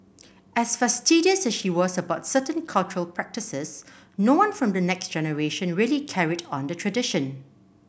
as fastidious as she was about certain cultural practices no one from the next generation really carried on the tradition